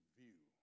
view